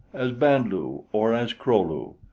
as band-lu or as kro-lu.